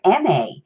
MA